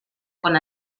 con